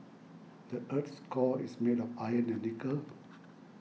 the earth's core is made of iron and nickel